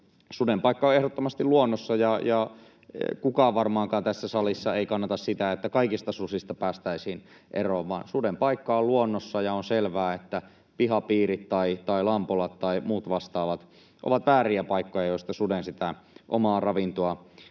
suden paikka on ehdottomasti luonnossa, eikä varmaankaan kukaan tässä salissa kannata sitä, että kaikista susista päästäisiin eroon, vaan suden paikka on luonnossa. Ja on selvää, että pihapiirit tai lampolat tai muut vastaavat ovat vääriä paikkoja suden hakea sitä omaa ravintoaan.